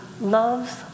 loves